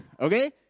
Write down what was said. Okay